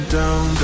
down